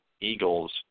Eagles